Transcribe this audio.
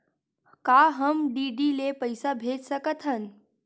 का हम डी.डी ले पईसा भेज सकत हन?